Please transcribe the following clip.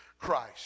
Christ